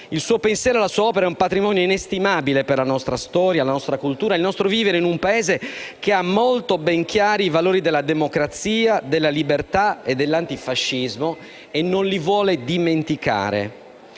Il suo pensiero e la sua opera rappresentano un patrimonio inestimabile per la nostra storia, la nostra cultura e il nostro vivere in un Paese che ha molto ben chiari i valori della democrazia, della libertà e dell'antifascismo e non li vuole dimenticare.